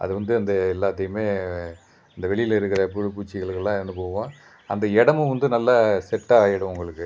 அது வந்து அந்த எல்லாத்தையும் இந்த வெளியில் இருக்கிற புழு பூச்சிகளுல்லாம் இறந்து போகும் அந்த இடமும் வந்து நல்லா செட்டாகிடும் உங்களுக்கு